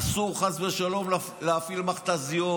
אסור חס ושלום להפעיל מכת"זיות,